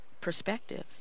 perspectives